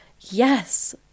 yes